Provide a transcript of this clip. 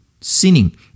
sinning